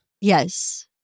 Yes